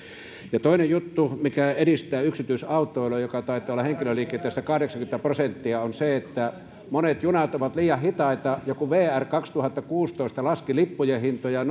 toinen juttu mikä edistää yksityisautoilua joka taitaa olla henkilöliikenteestä kahdeksankymmentä prosenttia on se että monet junat ovat liian hitaita ja kun vr vuonna kaksituhattakuusitoista laski lippujen hintoja